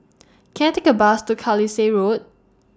Can I Take A Bus to Carlisle Road